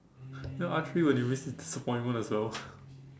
you know archery when you miss it disappointment as well